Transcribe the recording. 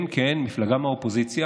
כן, כן, מפלגה מהאופוזיציה,